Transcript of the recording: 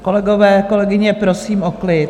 Kolegové, kolegyně, prosím o klid.